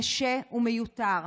קשה ומיותר,